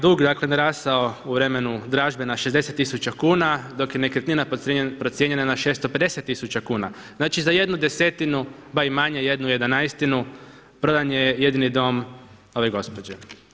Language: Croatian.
Sveukupno je dug rastao u vremenu dražbe na 60 tisuća kuna, dok je nekretnina procijenjena na 650 tisuća kuna, znači za jednu desetinu pa i manje, jednu jedanaestinu prodan je jedini dom ove gospođe.